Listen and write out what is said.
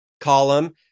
column